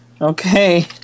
Okay